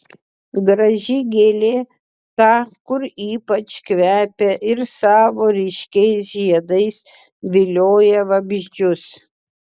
graži gėlė ta kur ypač kvepia ir savo ryškiais žiedais vilioja vabzdžius